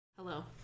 Hello